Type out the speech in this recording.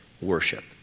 worship